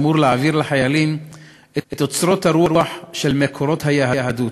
אמור להעביר לחיילים את אוצרות הרוח של מקורות היהדות?